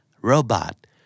Robot